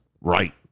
right